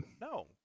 No